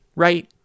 Right